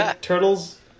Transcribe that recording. Turtles